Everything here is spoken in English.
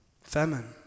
famine